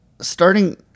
starting